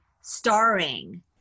starring